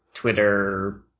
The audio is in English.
Twitter